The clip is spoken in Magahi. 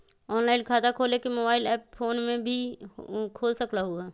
ऑनलाइन खाता खोले के मोबाइल ऐप फोन में भी खोल सकलहु ह?